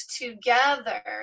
together